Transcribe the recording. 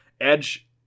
Edge